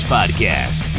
Podcast